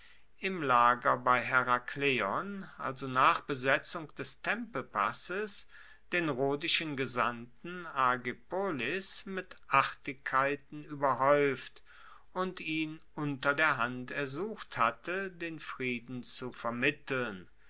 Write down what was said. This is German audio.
im lager bei herakleion also nach besetzung des tempepasses den rhodischen gesandten agepolis mit artigkeiten ueberhaeuft und ihn unter der hand ersucht hatte den frieden zu vermitteln